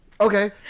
okay